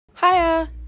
hiya